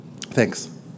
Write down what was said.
Thanks